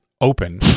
open